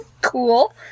Cool